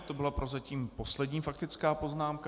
To byla prozatím poslední faktická poznámka.